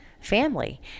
family